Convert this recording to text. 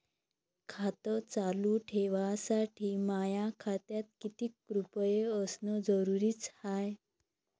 खातं चालू ठेवासाठी माया खात्यात कितीक रुपये असनं जरुरीच हाय?